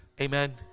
Amen